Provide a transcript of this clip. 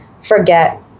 forget